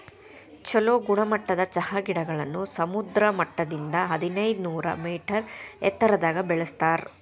ಚೊಲೋ ಗುಣಮಟ್ಟದ ಚಹಾ ಗಿಡಗಳನ್ನ ಸಮುದ್ರ ಮಟ್ಟದಿಂದ ಹದಿನೈದನೂರ ಮೇಟರ್ ಎತ್ತರದಾಗ ಬೆಳೆಸ್ತಾರ